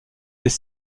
des